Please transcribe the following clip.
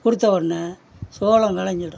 கொடுத்த உடனே சோளம் விளஞ்சிடும்